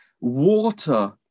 ...water